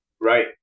Right